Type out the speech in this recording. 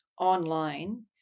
online